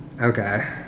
okay